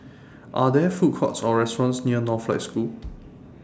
Are There Food Courts Or restaurants near Northlight School